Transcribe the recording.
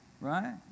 Right